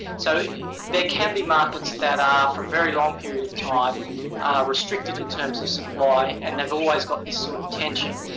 so there can be market that are for very long periods of time restricted in terms of supply and it always got this sort of tension.